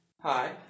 Hi